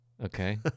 Okay